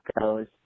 goes